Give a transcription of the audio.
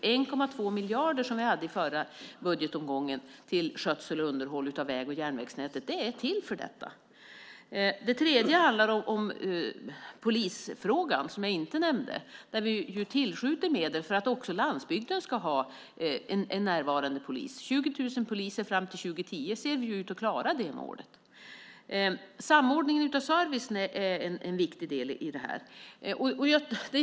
I den förra budgetomgången hade vi 1,2 miljarder till skötsel och underhåll av väg och järnvägsnätet. Det är till för detta. Vi har också polisfrågan, som jag inte nämnde tidigare. Vi tillskjuter medel för att också landsbygden ska ha en närvarande polis. Målet 20 000 poliser fram till 2010 ser vi ju ut att klara. Samordning av servicen är en viktig del.